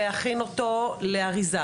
להכין אותו לאריזה,